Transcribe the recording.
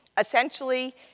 Essentially